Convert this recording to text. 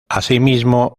asimismo